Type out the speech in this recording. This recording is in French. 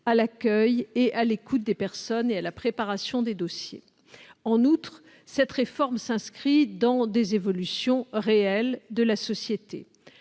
à l'accueil, à l'écoute des personnes et à la préparation des dossiers. En outre, cette réforme s'inscrit dans le cadre des évolutions réelles de la société.